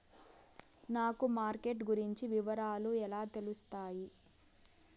నాకు మార్కెట్ గురించి వివరాలు ఎలా తెలుస్తాయి?